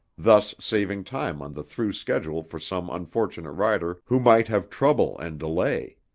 thus saving time on the through schedule for some unfortunate rider who might have trouble and delay.